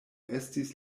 estis